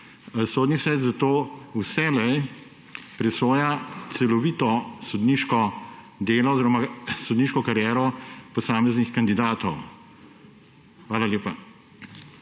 Sodni svet zato vselej presoja celovito sodniško delo oziroma sodniško kariero posameznih kandidatov. Hvala lepa.